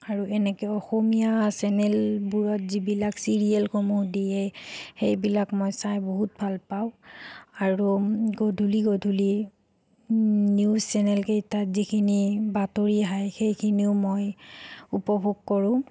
আৰু এনেকৈ অসমীয়া চেনেলবোৰত যিবিলাক ছিৰিয়েলসমূহ দিয়ে সেইবিলাক মই চাই বহুত ভাল পাওঁ আৰু গধূলি গধূলি নিউজ চেনেলকেইটাত যিখিনি বাতৰি আহে সেইখিনিও মই উপভোগ কৰোঁ